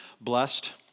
blessed